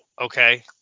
okay